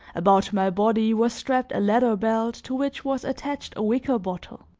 about my body was strapped a leather belt to which was attached a wicker bottle.